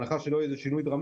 אסור לתת למוסד הזה להיסגר.